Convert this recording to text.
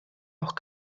auch